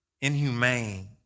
inhumane